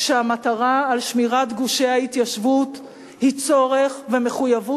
שהמטרה של שמירת גושי ההתיישבות היא צורך ומחויבות